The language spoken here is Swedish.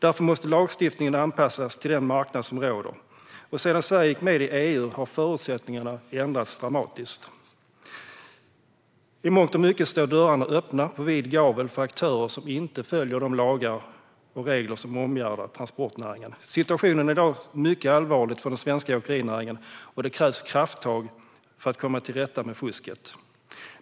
Därför måste lagstiftningen anpassas till den marknad som råder. Sedan Sverige gick med i EU har förutsättningarna ändrats dramatiskt. I mångt och mycket står dörrarna på vid gavel för aktörer som inte följer de lagar och regler som omgärdar transportnäringen. Situationen i dag är mycket allvarlig för den svenska åkerinäringen. Det krävs krafttag för att komma till rätta med fusket.